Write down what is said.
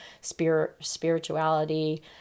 spirituality